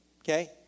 okay